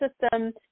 system